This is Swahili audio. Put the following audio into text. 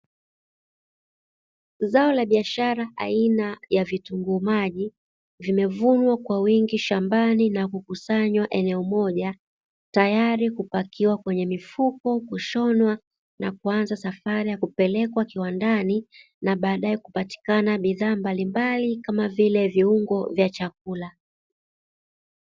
Zao la biashara aina ya vitunguu maji, vimevunwa kwa wingi shambani na kukusanywa eneo moja, tayari kupakiwa kwenye mifuko, kushonwa na kuanza safari ya kupelekwa kiwandani na baadaye kupatikana bidhaa mbalimbali, kama vile viungo vya chakula.